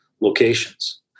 locations